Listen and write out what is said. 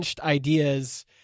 ideas